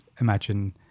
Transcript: imagine